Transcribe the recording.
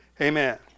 Amen